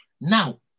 Now